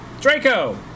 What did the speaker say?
Draco